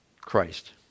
Christ